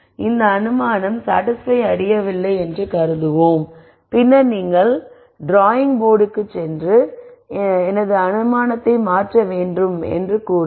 எனவே இந்த அனுமானம் சாடிஸ்பய் அடையவில்லை என்று கருதுவோம் பின்னர் நீங்கள் ட்ராயிங் போர்டுற்குச் சென்று பின்னர் எனது அனுமானத்தை மாற்ற வேண்டும் என்று கூறுங்கள்